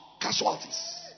casualties